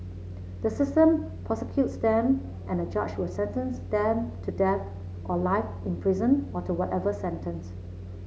the system prosecutes them and a judge will sentence them to death or life in prison or to whatever sentence